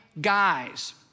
guys